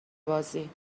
بازی